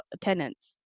tenants